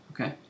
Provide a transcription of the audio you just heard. Okay